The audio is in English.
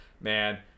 man